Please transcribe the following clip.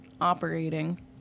operating